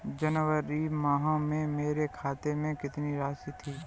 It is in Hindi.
जनवरी माह में मेरे खाते में कितनी राशि थी?